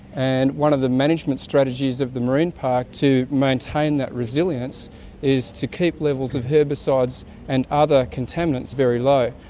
and one of the management strategies of the marine park to maintain that resilience is to keep levels of herbicides and other contaminants very low.